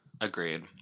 Agreed